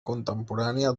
contemporània